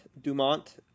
Dumont